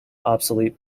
obsolete